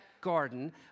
garden